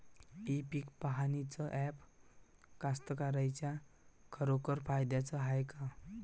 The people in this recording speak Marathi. इ पीक पहानीचं ॲप कास्तकाराइच्या खरोखर फायद्याचं हाये का?